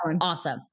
awesome